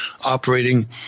operating